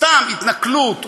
סתם התנכלות,